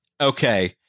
Okay